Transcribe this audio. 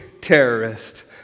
terrorist